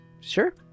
Sure